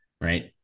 right